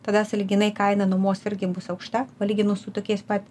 tada sąlyginai kaina nuomos irgi bus aukšta palyginus su tokiais pat